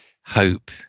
hope